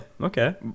Okay